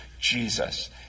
jesus